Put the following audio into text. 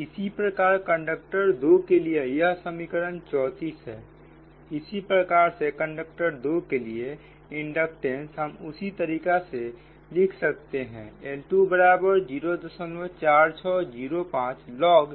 इसी प्रकार कंडक्टर 2 के लिएयह समीकरण 34 है इसी प्रकार से कंडक्टर 2 के लिए इंडक्टेंस हम उसी तरीका से लिख सकते हैं L2 बराबर 04605 log